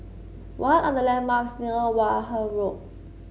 what are the landmarks near Wareham Road